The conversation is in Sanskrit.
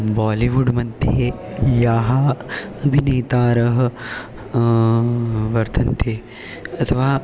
बालिवुड् मध्ये याः अभिनेतारः वर्तन्ते अथवा